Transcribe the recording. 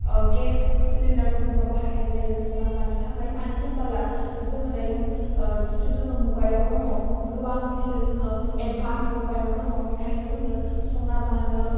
ओह गेस सिलिन्डारखौ जोङो बाहायनाय जायो संना जानो थाखाय मानो होनबोला जोङो दायो ओह जितु जोङो मुगायाव दङ गोबां बिदिनो जोङो एदबान्स मुगायाव दङ बेखायनो जोंनो संना जानो